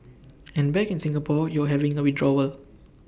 and back in Singapore you're having A withdrawal